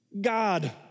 God